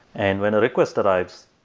and when a request arrives,